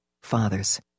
fathers